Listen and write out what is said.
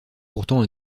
pourtant